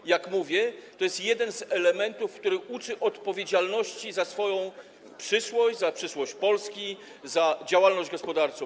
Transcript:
Tak jak mówię, to jeden z elementów, który uczy odpowiedzialności za swoją przyszłość, za przyszłość Polski, za działalność gospodarczą.